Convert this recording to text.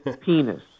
penis